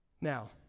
Now